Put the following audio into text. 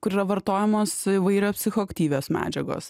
kur yra vartojamos įvairios psichoaktyvios medžiagos